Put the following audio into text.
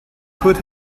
could